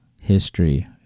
history